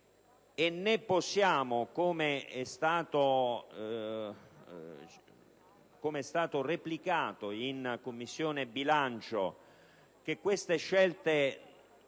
Né possiamo credere, come è stato replicato in Commissione bilancio, che queste scelte